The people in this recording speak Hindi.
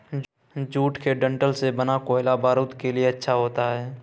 जूट के डंठल से बना कोयला बारूद के लिए अच्छा होता है